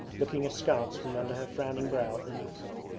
looking askance from under her frowning brow at the new-comer.